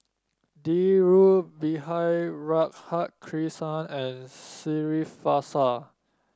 Dhirubhai Radhakrishnan and Srinivasa